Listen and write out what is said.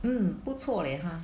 mm 不错 eh 他